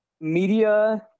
media –